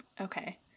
Okay